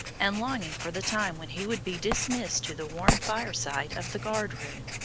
and longing for the time when he would be dismissed to the warm fireside of the guard-room.